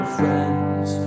friends